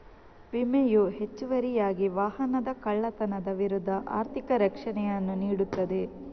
ವಿಮೆಯು ಹೆಚ್ಚುವರಿಯಾಗಿ ವಾಹನದ ಕಳ್ಳತನದ ವಿರುದ್ಧ ಆರ್ಥಿಕ ರಕ್ಷಣೆಯನ್ನು ನೀಡುತ್ತದೆ